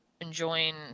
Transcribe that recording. enjoying